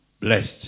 blessed